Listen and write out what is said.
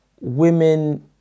women